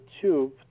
tube